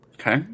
Okay